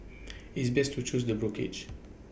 it's best to choose the brokerage